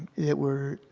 it were